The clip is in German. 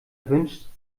wünscht